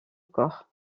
corps